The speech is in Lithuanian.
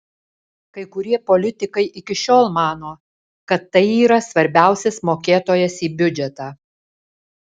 kai kurie politikai iki šiol mano kad tai yra svarbiausias mokėtojas į biudžetą